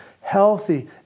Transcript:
healthy